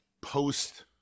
post